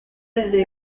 desde